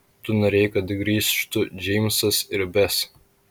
tu norėjai kad grįžtų džeimsas ir bes